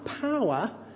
power